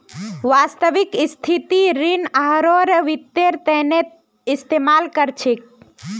वास्तविक स्थितित ऋण आहारेर वित्तेर तना इस्तेमाल कर छेक